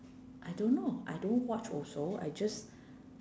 I don't know I don't watch also I just